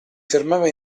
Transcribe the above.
fermava